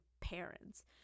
parents